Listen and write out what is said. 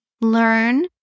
learn